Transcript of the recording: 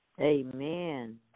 amen